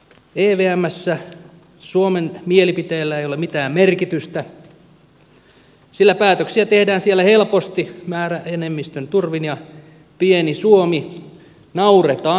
evmssä suomen mielipiteellä ei ole mitään merkitystä sillä päätöksiä tehdään siellä helposti määräenemmistön turvin ja pieni suomi nauretaan nurin